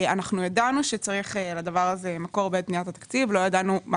אנחנו ידענו שצריך לדבר הזה מקור בעת בניית התקציב אבל לא ידענו מה